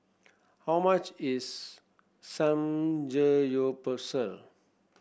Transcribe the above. how much is Samgeyopsal